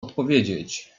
odpowiedzieć